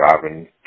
driving